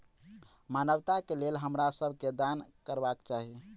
मानवता के लेल हमरा सब के दान करबाक चाही